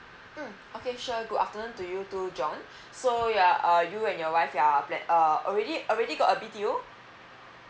mm oh okay sure good afternoon to you to john so ya uh you and your wife ya plan~ already uh already got a B_T_O